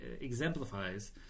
exemplifies